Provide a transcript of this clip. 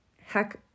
Heck